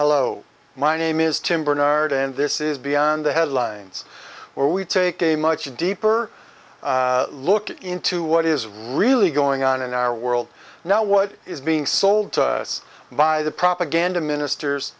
hello my name is tim barnard and this is beyond the headlines where we take a much deeper look into what is really going on in our world now what is being sold to us by the propaganda ministers